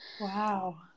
wow